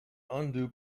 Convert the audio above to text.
undue